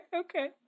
okay